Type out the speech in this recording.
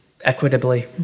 equitably